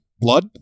blood